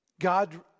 God